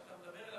כשאתה מדבר,